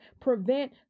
prevent